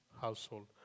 household